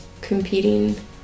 competing